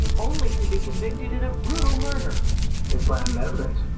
only to be convicted in a brutal murder they planted evidence.